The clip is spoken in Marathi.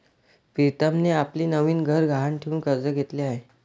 प्रीतमने आपले नवीन घर गहाण ठेवून कर्ज घेतले आहे